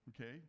okay